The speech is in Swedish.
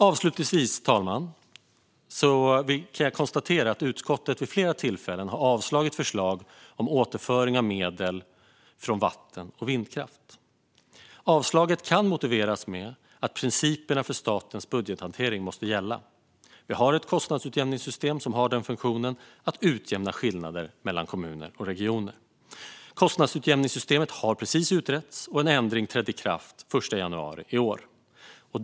Avslutningsvis, fru talman, kan jag konstatera att utskottet vid flera tillfällen har avslagit förslag om återföring av medel från vatten och vindkraft. Avslaget kan motiveras med att principerna för statens budgethantering måste gälla. Vi har ett kostnadsutjämningssystem som har funktionen att utjämna skillnader mellan kommuner och regioner. Kostnadsutjämningssystemet har precis utretts, och en ändring trädde i kraft den 1 januari i år.